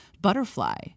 butterfly